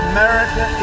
America